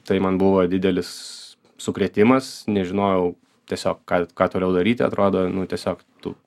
tai man buvo didelis sukrėtimas nežinojau tiesiog ką ką toliau daryt atrodo nu tiesiog tų